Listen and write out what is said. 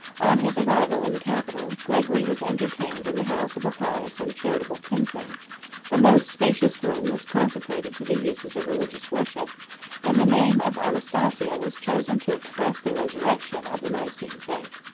on his arrival in the capital, gregory was entertained in the house of a pious and charitable kinsman the most spacious room was consecrated to the uses of religious worship and the name of anastasia was chosen to express the resurrection of the nicene faith.